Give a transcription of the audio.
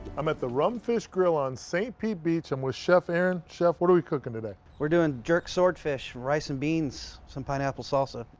i'm at the rumfish grill on st. pete beach. i'm with chef aaron. chef, what are we cooking today? we're doing jerk swordfish rice and beans, some pineapple salsa.